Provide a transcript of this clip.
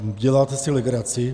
Děláte si legraci?